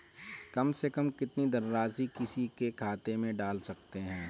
कम से कम कितनी धनराशि किसी के खाते में डाल सकते हैं?